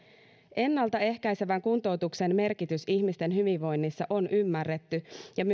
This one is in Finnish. ennaltaehkäisevän kuntoutuksen merkitys ihmisten hyvinvoinnissa on ymmärretty ja